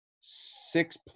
six